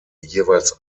jeweils